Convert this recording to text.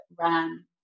ran